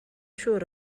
siŵr